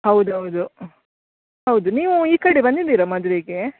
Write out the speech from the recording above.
ಹೌದು ಹೌದು ಹೌದು ನೀವು ಈ ಕಡೆ ಬಂದಿದ್ದೀರಾ ಮದುವೆಗೆ